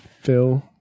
Phil